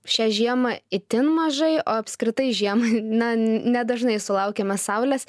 šią žiemą itin mažai o apskritai žiemą na nedažnai sulaukiame saulės